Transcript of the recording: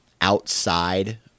outside